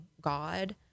God